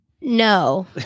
No